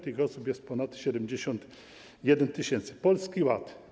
Tych osób jest ponad 71 tys. Polski Ład.